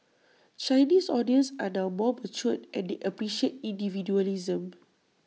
Chinese audience are now more mature and they appreciate individualism